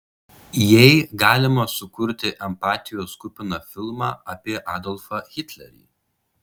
jei galima sukurti empatijos kupiną filmą apie adolfą hitlerį